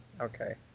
okay